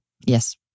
Yes